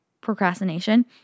procrastination